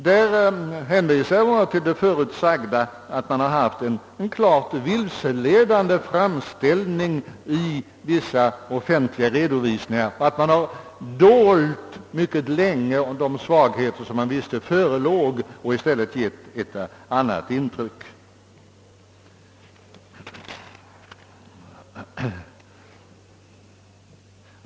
Här hänvisar jag till det förut sagda, att man har lämnat en klart vilseledande framställning i vissa offentliga redovisningar, att man mycket länge har dolt de svagheter som man visste förelåg och att man i stället har givit ett annat intryck.